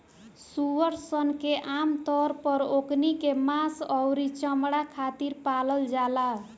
सूअर सन के आमतौर पर ओकनी के मांस अउरी चमणा खातिर पालल जाला